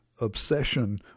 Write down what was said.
obsession